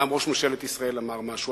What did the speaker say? גם ראש ממשלת ישראל אמר משהו,